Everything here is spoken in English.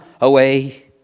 away